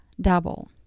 double